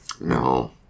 No